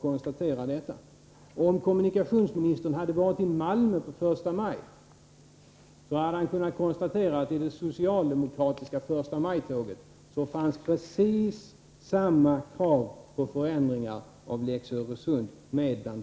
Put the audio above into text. Om kommunikationsministern hade varit i Malmö den 1 maj, hade han kunnat konstatera att det bland de många appellerna i det socialdemokratiska förstamajtåget fanns precis samma krav på ändring av lex Öresund.